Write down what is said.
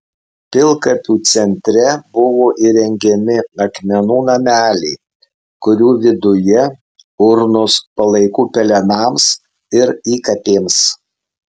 pilkapių centre buvo įrengiami akmenų nameliai kurių viduje urnos palaikų pelenams ir įkapėms